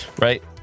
right